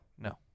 no